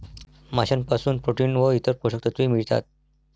माशांपासून प्रोटीन व इतर पोषक तत्वे मिळतात